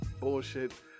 bullshit